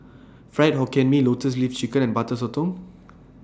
Fried Hokkien Mee Lotus Leaf Chicken and Butter Sotong